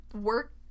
work